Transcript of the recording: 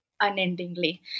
unendingly